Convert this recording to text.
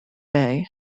bay